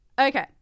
Okay